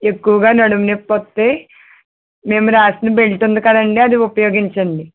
ఎక్కువగా నడుము నొప్పి వస్తే మేము రాసిన బెల్ట్ ఉంది కదండి అది ఉపయోగించండి